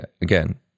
Again